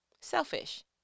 Selfish